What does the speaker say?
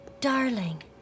darling